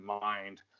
mind